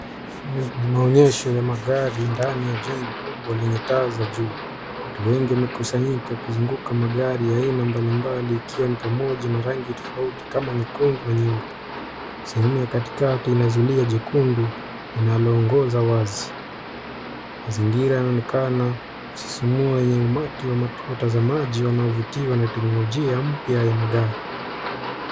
Ni maonyesho ya magari ndani ya jengo kubwa lenye taa za juu, watu wengi wamekusanyika kuzunguka magari ya aina mbali mbali ikiwa ni pamoja na rangi tofauti kama nyekundu na nyeupe. Sehemu ya katikati ina zulia jekundu linalo ongoza wazi. Mazingira yanaonekana kusisimua yenye umati wa watazamaji wanaovutiwa na teknolojia mpya ya magari.